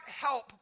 help